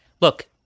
look